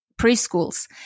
preschools